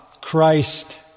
Christ